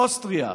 אוסטריה,